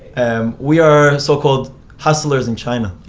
um we are so-called hustlers in china.